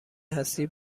هستی